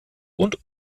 und